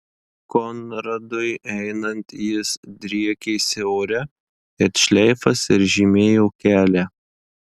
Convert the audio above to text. konradui einant jis driekėsi ore it šleifas ir žymėjo kelią